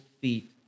feet